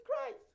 Christ